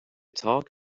talk